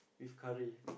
with curry